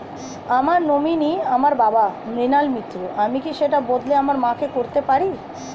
আমার নমিনি আমার বাবা, মৃণাল মিত্র, আমি কি সেটা বদলে আমার মা কে করতে পারি?